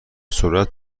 سرعت